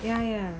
ya ya